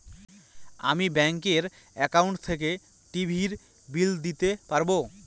আমি ব্যাঙ্কের একাউন্ট থেকে টিভির বিল দিতে পারবো